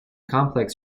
complex